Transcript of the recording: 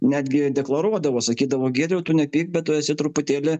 netgi deklaruodavo sakydavo giedriau tu nepyk bet tu esi truputėlį